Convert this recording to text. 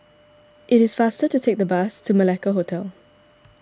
it is faster to take the bus to Malacca Hotel